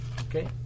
Okay